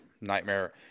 nightmare